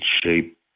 shape